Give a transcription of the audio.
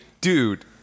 Dude